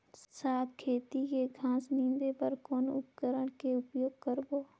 साग खेती के घास निंदे बर कौन उपकरण के उपयोग करबो?